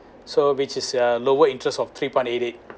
so which is uh lower interest of three point eight eight